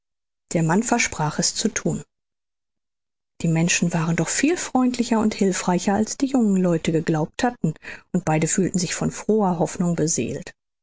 der mann versprach es zu thun die menschen waren doch viel freundlicher und hilfreicher als die jungen leute geglaubt hatten und beide fühlten sich von froher hoffnung beseelt